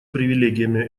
привилегиями